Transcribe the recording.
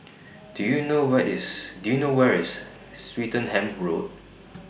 Do YOU know What IS Do YOU know Where IS Swettenham Road